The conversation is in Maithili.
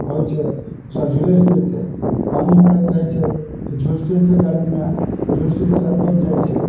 होइ छै सब झुलसि जेतै पानी पड़ैत रहै छै तऽ झुलसैसे गरमीमे झुलसैसे बचि जाइ छै